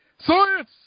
Science